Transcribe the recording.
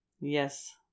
Yes